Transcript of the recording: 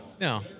no